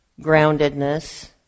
groundedness